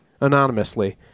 anonymously